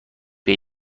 پله